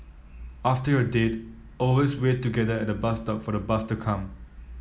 after your date always wait together at the bus stop for the bus to come